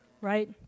right